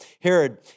Herod